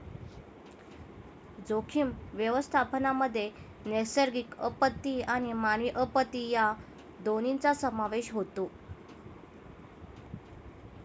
जोखीम व्यवस्थापनामध्ये नैसर्गिक आपत्ती आणि मानवी आपत्ती या दोन्हींचा समावेश होतो